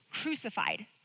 crucified